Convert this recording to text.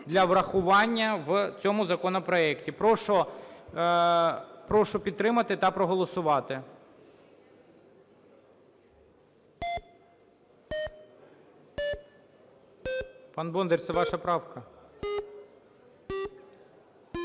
для врахування в цьому законопроекті. Прошу підтримати та проголосувати. Пан Бондар, це ваша правка.